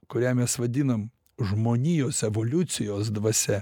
kurią mes vadinam žmonijos evoliucijos dvasia